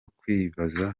kwibaza